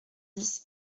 dix